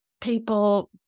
people